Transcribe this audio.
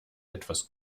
etwas